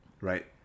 Right